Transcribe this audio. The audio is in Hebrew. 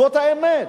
זאת האמת.